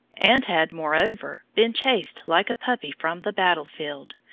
and had, moreover, been chased like a puppy from the battlefield,